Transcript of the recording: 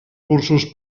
cursos